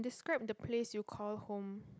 describe the place you call home